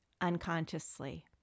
unconsciously